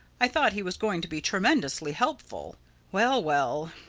i thought he was going to be tremendously helpful well, well!